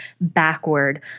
backward